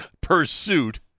pursuit